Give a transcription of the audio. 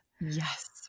Yes